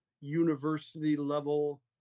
university-level